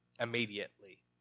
immediately